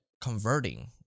converting